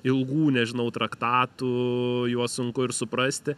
ilgų nežinau traktatų juos sunku ir suprasti